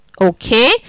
Okay